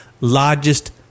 largest